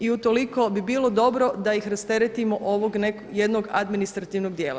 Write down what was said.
I utoliko bi bilo dobro da ih rasteretimo ovog jednog administrativnog dijela.